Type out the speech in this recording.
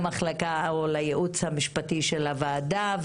לייעוץ המשפטי של הוועדה.